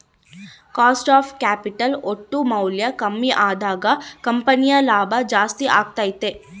cost of capital ಒಟ್ಟು ಮೌಲ್ಯ ಕಮ್ಮಿ ಅದಾಗ ಕಂಪನಿಯ ಲಾಭ ಜಾಸ್ತಿ ಅಗತ್ಯೆತೆ